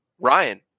Ryan